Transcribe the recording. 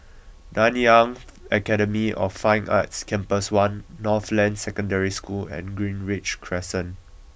Nanyang Academy of Fine Arts Campus One Northland Secondary School and Greenridge Crescent